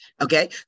Okay